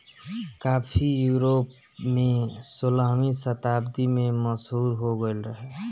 काफी यूरोप में सोलहवीं शताब्दी में मशहूर हो गईल रहे